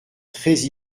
très